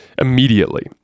immediately